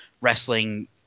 wrestling